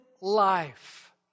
life